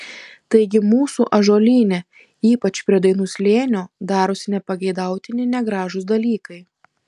taigi mūsų ąžuolyne ypač prie dainų slėnio darosi nepageidautini negražūs dalykai